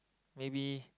maybe